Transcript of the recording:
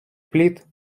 пліт